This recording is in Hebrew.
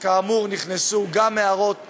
וכאמור נכנסו גם הערות חשובות,